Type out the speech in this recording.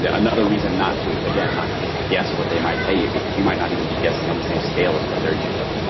another reason not to, again, not to just guess what they might pay you because you might not even be guessing on the same scale as what they're using.